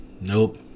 Nope